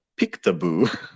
Pictaboo